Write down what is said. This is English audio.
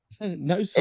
No